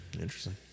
Interesting